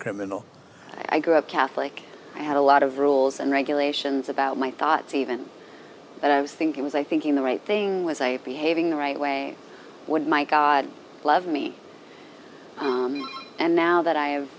criminal i grew up catholic i had a lot of rules and regulations about my thoughts even when i was thinking was i thinking the right thing was a behaving the right way would my god love me and now that i've